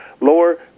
lower